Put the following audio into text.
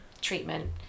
treatment